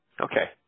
Okay